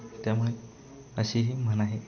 त्यामुळे अशी ही म्हण आहे